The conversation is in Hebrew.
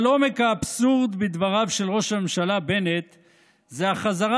אבל עומק האבסורד בדבריו של ראש הממשלה בנט הוא החזרה